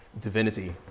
divinity